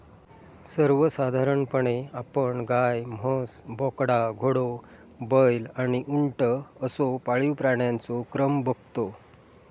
सर्वसाधारणपणे आपण गाय, म्हस, बोकडा, घोडो, बैल आणि उंट असो पाळीव प्राण्यांचो क्रम बगतो